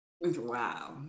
Wow